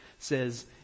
Says